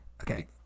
Okay